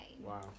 wow